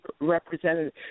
representative